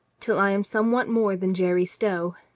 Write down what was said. till i am somewhat more than jerry stow.